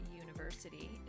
University